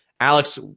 Alex